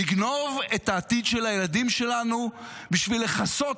לגנוב את העתיד של הילדים שלנו בשביל לכסות